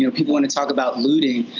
you know people wanna talk about looting,